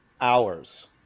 hours